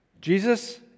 Jesus